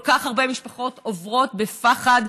כל כך הרבה משפחות עוברות בפחד,